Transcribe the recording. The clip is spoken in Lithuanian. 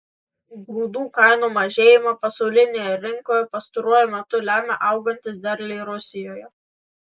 grūdų kainų mažėjimą pasaulinėje rinkoje pastaruoju metu lemia augantys derliai rusijoje